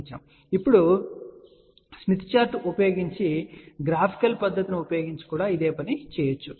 ఇప్పుడు Smith chart ఉపయోగించి graphical పద్ధతిని ఉపయోగించి కూడా ఇదే పని చేయవచ్చు